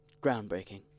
Groundbreaking